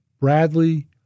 Bradley